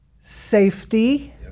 safety